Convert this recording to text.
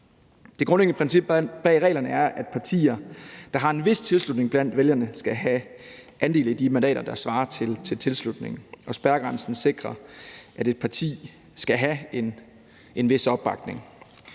Det grundlæggende princip bag reglerne er, at partier, der har en vis tilslutning blandt vælgerne, skal have andel i de mandater, der svarer til tilslutningen, og spærregrænsen sikrer, at et parti skal have en vis opbakning.